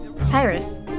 Cyrus